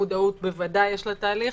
מודעות בוודאי יש לתהליך,